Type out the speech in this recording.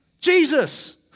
Jesus